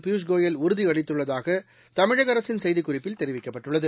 பியூஷ்கோயல் உறுதி அளித்துள்ளதாக தமிழக அரசின் செய்திக்குறிப்பில் தெரிவிக்கப்பட்டுள்ளது